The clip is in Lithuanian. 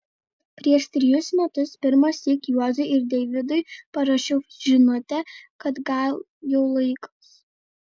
prieš trejus metus pirmąsyk juozui ir deivydui parašiau žinutę kad gal jau laikas